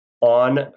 on